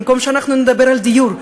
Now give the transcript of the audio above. במקום שאנחנו נדבר על דיור,